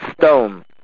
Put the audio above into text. stone